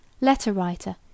letter-writer